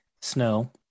snow